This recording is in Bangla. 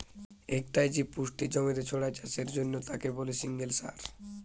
একটাই যে পুষ্টি জমিতে ছড়ায় চাষের জন্যে তাকে বলে সিঙ্গল সার